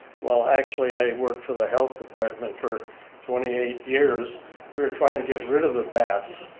well, actually, i worked for the health department for twenty eight years, we we're trying to get rid of the bats,